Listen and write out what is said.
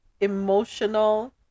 Emotional